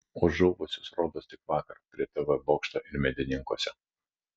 už žuvusius rodos tik vakar prie tv bokšto ir medininkuose